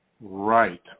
Right